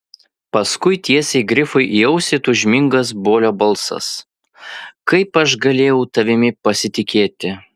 paskui tiesiai grifui į ausį tūžmingas bolio balsas kaip aš galėjau tavimi pasitikėti